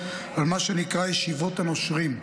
על מה שנקרא "ישיבות הנושרים".